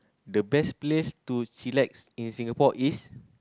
the best to chillax in Singapore is